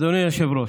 אדוני היושב-ראש,